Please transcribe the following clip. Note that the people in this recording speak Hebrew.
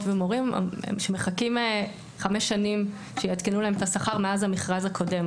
ומורים שמחכים חמש שנים שיעדכנו להם את השכר מאז המכרז הקודם.